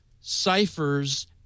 ciphers